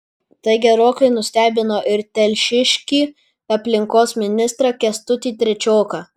tai gerokai nustebino ir telšiškį aplinkos ministrą kęstutį trečioką